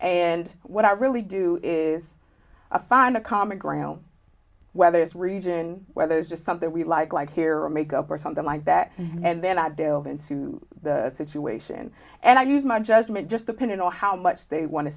and what i really do is find a common ground whether it's region whether it's just something we like like here or make up or something like that and then i delve into the situation and i use my judgment just depending on how much they want to